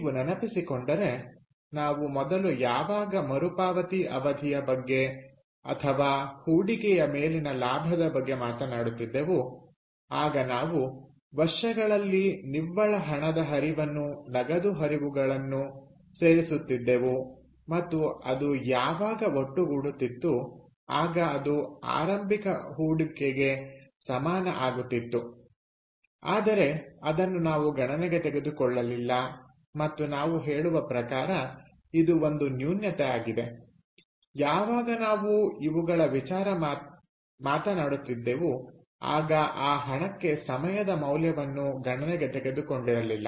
ನೀವು ನೆನಪಿಸಿಕೊಂಡರೆ ನಾವು ಮೊದಲು ಯಾವಾಗ ಮರುಪಾವತಿ ಅವಧಿಯ ಬಗ್ಗೆ ಅಥವಾ ಹೂಡಿಕೆಯ ಮೇಲಿನ ಲಾಭದ ಬಗ್ಗೆ ಮಾತನಾಡುತ್ತಿದ್ದೆವು ಆಗ ನಾವು ವರ್ಷಗಳಲ್ಲಿ ನಿವ್ವಳ ಹಣದ ಹರಿವನ್ನು ನಗದು ಹರಿವುಗಳನ್ನು ಸೇರಿಸುತ್ತಿದ್ದೆವು ಮತ್ತು ಅದು ಯಾವಾಗ ಒಟ್ಟುಗೂಡುತ್ತಿತ್ತು ಆಗ ಅದು ಆರಂಭಿಕ ಹೂಡಿಕೆಗೆ ಸಮಾನ ಆಗುತ್ತಿತ್ತು ಆದರೆ ಅದನ್ನು ನಾವು ಗಣನೆಗೆ ತೆಗೆದುಕೊಳ್ಳಲಿಲ್ಲ ಮತ್ತು ನಾವು ಹೇಳುವ ಪ್ರಕಾರ ಇದು ಒಂದು ನ್ಯೂನತೆ ಆಗಿದೆ ಯಾವಾಗ ನಾವು ಇವುಗಳ ವಿಚಾರ ಮಾತನಾಡುತ್ತಿದ್ದೆವು ಆಗ ಆ ಹಣಕ್ಕೆ ಸಮಯದ ಮೌಲ್ಯವನ್ನು ಗಣನೆಗೆ ತೆಗೆದುಕೊಂಡಿರಲಿಲ್ಲ